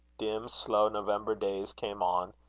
dim, slow november days came on,